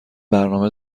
برنامه